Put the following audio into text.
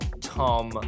Tom